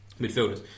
midfielders